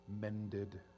mended